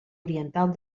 oriental